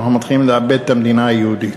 שאנחנו מתחילים לאבד את המדינה היהודית.